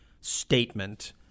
statement